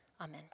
Amen